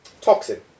Toxin